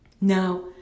Now